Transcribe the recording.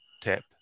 tap